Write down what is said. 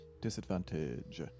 Disadvantage